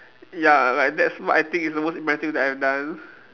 ya like that's what I think is the most impressive that I've done